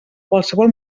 qualsevol